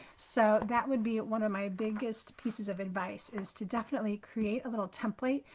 so that would be one of my biggest pieces of advice is to definitely create a little template.